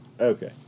Okay